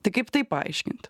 tai kaip tai paaiškinti